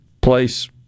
place